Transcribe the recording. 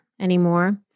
anymore